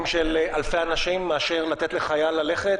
של אלפי אנשים מאשר לתת לחייל ללכת,